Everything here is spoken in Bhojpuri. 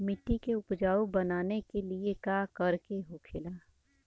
मिट्टी के उपजाऊ बनाने के लिए का करके होखेला?